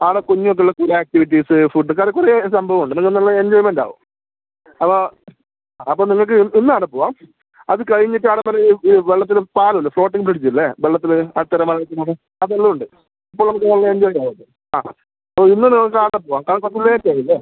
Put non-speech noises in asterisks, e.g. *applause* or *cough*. അവിടെ കുഞ്ഞുങ്ങൾക്കുള്ള കുറേ ആക്ടിവിറ്റീസ് ഫുഡ്ഡ് അത് കുറേ സംഭവം ഉണ്ട് നിങ്ങൾ നല്ല എൻജോയ്മെൻറ്റ് ആവും അപ്പോൾ നിങ്ങൾക്ക് ഇന്ന് അവിടെ പോവാം അത് കഴിഞ്ഞിട്ട് അവിടെ ഒരു ഈ വെള്ളത്തിലും പാലം ഉണ്ട് ഫ്ലോട്ടിംഗ് ബ്രിഡ്ജ് ഇല്ലേ വെള്ളത്തിൽ *unintelligible* അതെല്ലാം ഉണ്ട് അപ്പം നമുക്ക് നല്ല എൻജോയ് ആണത് ആ ഇന്ന് നമ്മൾക്ക് അവിടെ പോവാം കാരണം കുറച്ച് ലേറ്റ് ആയില്ലേ